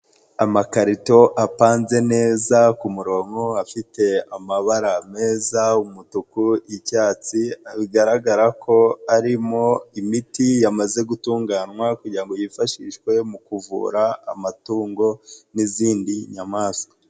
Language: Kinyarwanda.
Amakarito apanze neza ku murongo afite amabara meza umutuku, cyatsi bigaragara ko arimo imiti yamaze gutunganywa kugira ngo yifashishwe mu kuvura amatungo n'izindi nyamaswa.